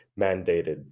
mandated